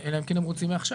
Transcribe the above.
אלא אם כן הם רוצים מעכשיו.